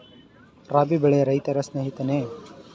ರಾಬಿ ಬೆಳೆ ರೈತರ ಸ್ನೇಹಿತನೇ?